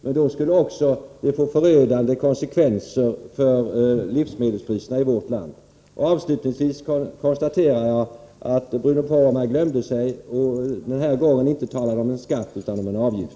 Men då skulle det också få förödande konsekvenser för livsmedelspriserna i vårt land. Avslutningsvis konstaterar jag att Bruno Poromaa glömde sig och denna gång inte talade om en skatt utan om en avgift.